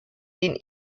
den